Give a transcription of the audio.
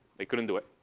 they couldn't do it.